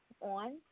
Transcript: on